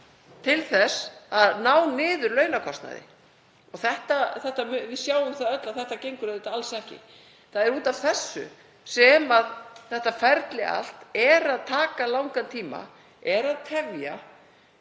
til þess að ná niður launakostnaði. Við sjáum það öll að þetta gengur auðvitað alls ekki. Það er út af þessu sem þetta ferli allt er að taka langan tíma, er að tefja